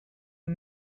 are